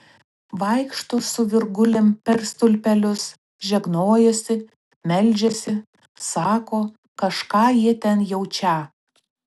vaikšto su virgulėm per stulpelius žegnojasi meldžiasi sako kažką jie ten jaučią